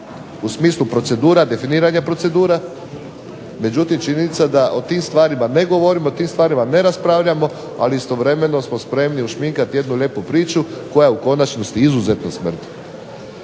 u smislu procedura, definiranja procedura. Međutim, činjenica da od tim stvarima ne govorimo, o tim stvarima ne raspravljamo ali istovremeno smo spremni ušminkati jednu lijepu priču koja u konačnosti .../Govornik